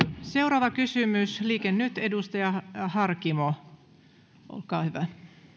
seuraava kysymys liike nyt edustaja harkimo olkaa hyvä